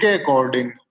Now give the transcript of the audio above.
according